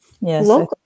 Yes